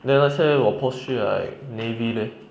then 那些我 post 去 like navy leh